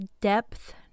depth